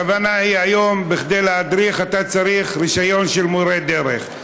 היום כדי להדריך אתה צריך רישיון של מורה דרך.